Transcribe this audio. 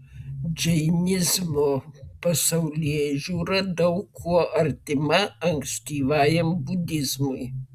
džainizmo pasaulėžiūra daug kuo artima ankstyvajam budizmui